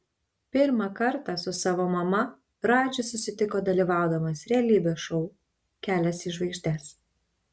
pirmą kartą su savo mama radžis susitiko dalyvaudamas realybės šou kelias į žvaigždes